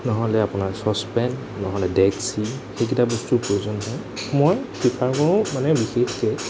নহ'লে আপোনাৰ চচপেন নহ'লে ডেক্চি সেইকেইটা বস্তুৰ প্ৰয়োজন হয় মই প্ৰিফাৰ কৰোঁ মানে বিশেষকৈ